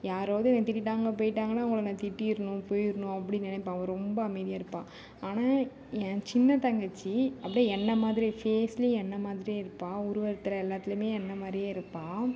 யாராவது என்ன திட்டிட்டாங்கள் போய்ட்டாங்கனா அவங்களை நான் திட்டிடணும் போய்டணும் அப்படினு நினைப்பேன் அவள் ரொம்ப அமைதியாக இருப்பாள் ஆனால் என் சின்ன தங்கச்சி அப்படியே என்னை மாதிரியே ஃபேஸ்லயும் என்னை மாதிரியே இருப்பாள் உருவத்தில் எல்லாத்திலையுமே என்னை மாதிரியே இருப்பாள்